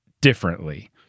differently